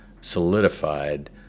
solidified